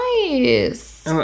Nice